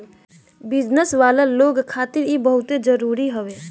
business वाला लोग खातिर इ बहुते जरुरी हवे